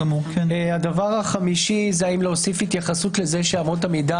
הדבר החמישי האם להוסיף התייחסות לזה שאמות המידה